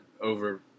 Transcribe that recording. over